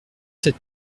sept